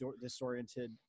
disoriented